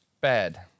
Bad